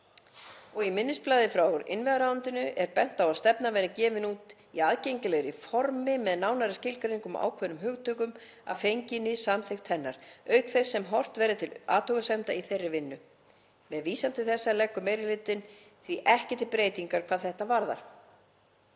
Í minnisblaði frá innviðaráðuneyti er bent á að stefnan verði gefin út í aðgengilegra formi með nánari skilgreiningum á ákveðnum hugtökum að fenginni samþykkt hennar, auk þess sem horft verði til athugasemda í þeirri vinnu. Með vísan til þessa leggur meiri hlutinn því ekki til breytingar hvað þetta varðar.